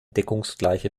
deckungsgleiche